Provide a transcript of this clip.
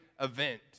event